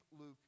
Luke